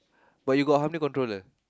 but you got hundred controller